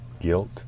guilt